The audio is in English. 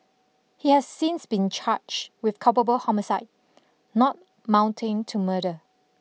he has since been charged with culpable homicide not mounting to murder